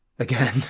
Again